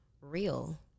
real